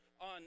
on